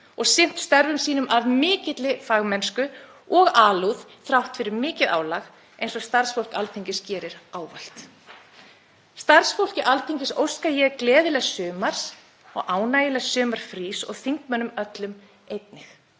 og sinnt störfum sínum af mikilli fagmennsku og alúð þrátt fyrir mikið álag eins og starfsfólk Alþingis gerir ávallt. Starfsfólki Alþingis óska ég gleðilegs sumars og ánægjulega sumarfrís og þingmönnum öllum einnig.